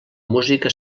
música